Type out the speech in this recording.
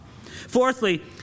Fourthly